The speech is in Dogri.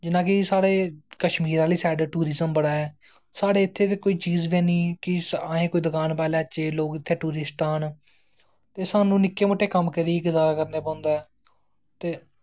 जियां कि साढ़े कश्मीर आह्ली साइड टूरिज़म बड़ा ऐ साढ़े इत्थें ते कोई चीज़ गै निं कि असें कोई दकान पाई लैच्चे लोग इत्थें टूरिस्ट आन ते सानूं निक्के मुट्टे कम्म करियै गज़ारा करना पौंदा ऐ ते